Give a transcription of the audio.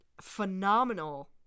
phenomenal